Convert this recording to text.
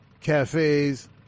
cafes